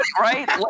Right